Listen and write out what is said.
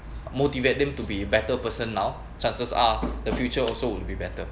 motivate them to be a better person now chances are the future also will be better